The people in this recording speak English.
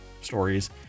stories